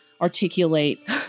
articulate